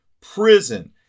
Prison